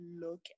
look